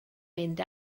mynd